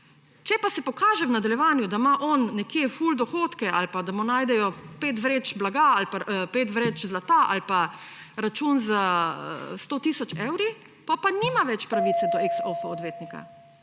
Če pa se pokaže v nadaljevanju, da ima on nekje velike dohodke, da mu najdejo pet vreč zlata ali pa račun s 100 tisoč evri, potem pa nima več pravice do ex offo odvetnika.